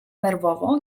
nerwowo